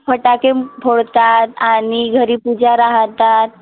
फटाके फोडतात आणि घरी पूजा राहतात